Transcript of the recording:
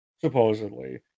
Supposedly